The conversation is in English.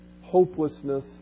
Hopelessness